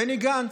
בני גנץ,